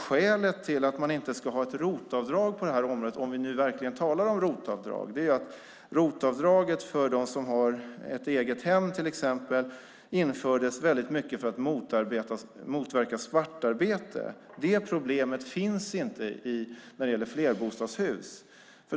Skälet till att man inte ska ha ett ROT-avdrag på det här området - om vi nu verkligen talar om ett ROT-avdrag - är att ROT-avdraget för dem som har ett eget hem infördes mycket för att motverka svartarbete. Det problemet finns inte när det gäller flerbostadshus.